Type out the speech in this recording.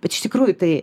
bet iš tikrųjų tai